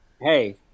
Hey